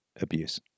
abuse